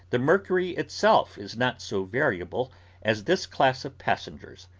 the mercury itself is not so variable as this class of passengers,